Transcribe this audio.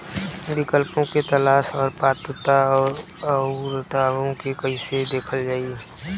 विकल्पों के तलाश और पात्रता और अउरदावों के कइसे देखल जाइ?